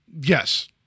Yes